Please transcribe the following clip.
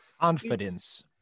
Confidence